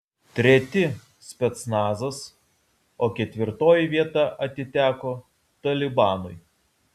treti specnazas o ketvirtoji vieta atiteko talibanui